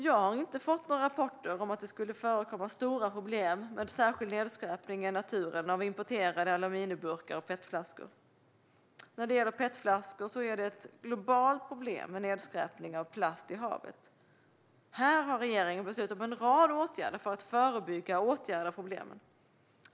Jag har inte fått några rapporter om att det skulle förekomma stora problem med särskild nedskräpning i naturen av importerade aluminiumburkar eller petflaskor. När det gäller petflaskor är det ett globalt problem med nedskräpning av plast i haven. Här har regeringen beslutat om en rad åtgärder för att förebygga och åtgärda problemen.